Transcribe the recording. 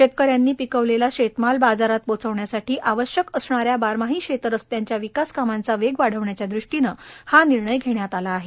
शेतकऱ्यांनी पिकविलेला शेतमाल बाजारात पोहोचवण्यासाठी आवश्यक असणाऱ्या बारमाही शेत रस्पांच्या विकास कामांचा वेग वाढण्याच्या दुष्टीने हा निर्णय षेण्यात आला आहे